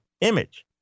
image